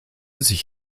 sich